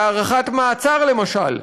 בהארכת מעצר למשל,